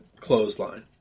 clothesline